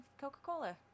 Coca-Cola